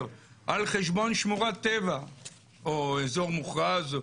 על חשבון שמורת טבע או אזור מוכרז.